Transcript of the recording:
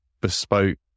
bespoke